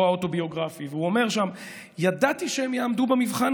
הוא אומר שם: "ידעתי שהם יעמדו במבחן